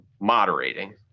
moderating